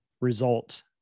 result